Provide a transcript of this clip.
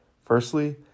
Firstly